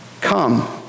Come